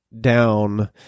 down